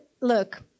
look